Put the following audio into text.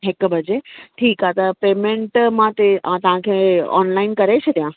हिकु बजे ठीकु आहे त पेमेंट मां ते तव्हांखे ऑनलाइन करे छॾिया